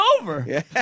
over